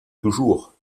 toujours